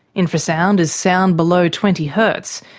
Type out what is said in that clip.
infrasound is sound below twenty hertz,